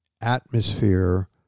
atmosphere